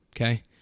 okay